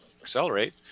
accelerate